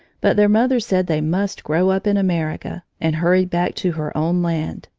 but their mother said they must grow up in america and hurried back to her own land.